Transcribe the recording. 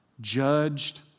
judged